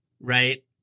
right